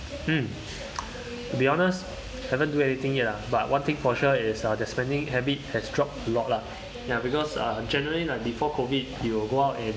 mm to be honest haven't do anything yet lah but one thing for sure is uh the spending habit has dropped a lot lah ya because uh generally like before COVID you will go out and